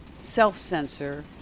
self-censor